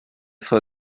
for